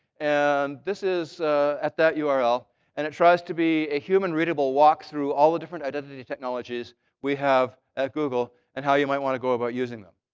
and this is at that url. and it tries to be a human-readable walk through all the different identity technologies we have at google and how you might want to go about using them.